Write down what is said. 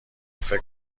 فکر